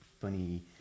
funny